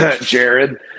Jared